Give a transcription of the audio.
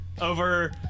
Over